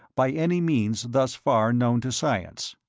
by any means thus far known to science.